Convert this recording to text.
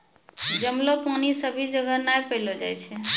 जमलो पानी सभी जगह नै पैलो जाय छै